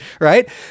right